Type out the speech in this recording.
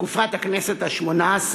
בתקופת הכנסת השמונה-עשרה